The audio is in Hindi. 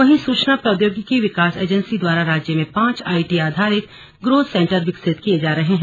वहीं सुचना प्रौद्यागिकी विकास ऐजेन्सी द्वारा राज्य में पांच आईटी आधारित ग्रोथ सेन्टर विकसित किए जा रहे है